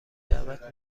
دعوت